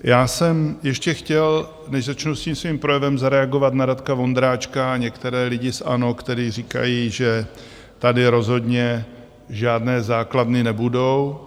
Já jsem ještě chtěl, než začnu tím svým projevem, zareagovat na Radka Vondráčka a některé lidi z ANO, kteří říkají, že tady rozhodně žádné základny nebudou.